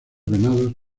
venados